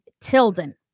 Tilden